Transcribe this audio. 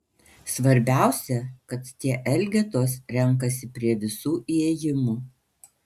svarbiausia kad tie elgetos renkasi prie visų įėjimų